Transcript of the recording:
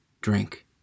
drink